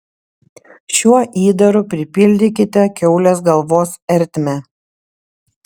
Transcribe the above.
šiuo įdaru pripildykite kiaulės galvos ertmę